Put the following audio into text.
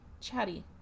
Chatty